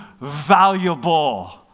valuable